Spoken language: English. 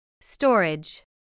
Storage